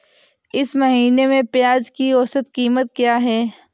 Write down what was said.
इस महीने में प्याज की औसत कीमत क्या है?